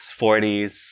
40s